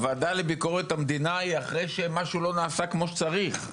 הוועדה לביקורת המדינה היא אחרי שמשהו לא נעשה כמו שצריך.